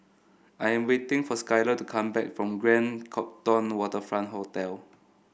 I am waiting for Skyler to come back from Grand Copthorne Waterfront Hotel